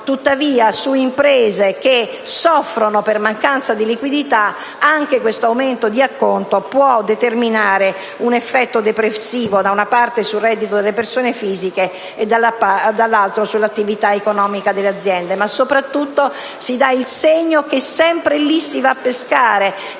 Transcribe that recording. tuttavia su imprese che soffrono per mancanza di liquidità anche questo aumento di acconto può determinare un effetto depressivo da una parte sul reddito delle persone fisiche e dall'altro sull'attività economica delle aziende, ma soprattutto si dà il segno che sempre lì si va a pescare,